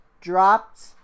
dropped